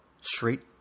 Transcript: Straight